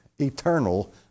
eternal